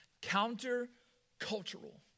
counter-cultural